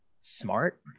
Smart